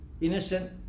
Innocent